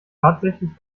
tatsächlich